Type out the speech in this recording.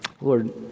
Lord